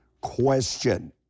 question